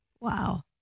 Wow